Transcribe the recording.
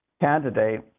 candidate